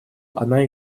она